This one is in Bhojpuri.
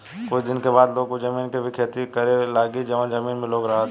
कुछ दिन के बाद लोग उ जमीन के भी खेती करे लागी जवन जमीन में लोग रहता